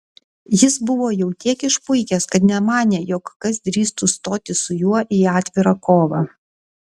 jis buvo jau tiek išpuikęs kad nemanė jog kas drįstų stoti su juo į atvirą kovą